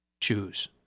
choose